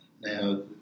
now